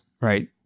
right